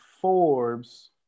Forbes